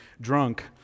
drunk